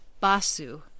Basu